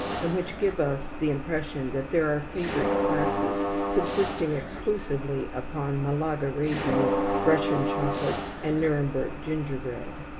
and which give us the impression that there are favoured classes subsisting exclusively upon malaga raisins, russian chocolates, and nuremberg gingerbread.